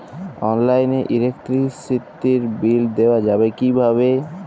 অনলাইনে ইলেকট্রিসিটির বিল দেওয়া যাবে কিভাবে?